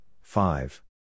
five